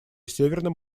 северным